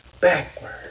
backward